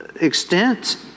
extent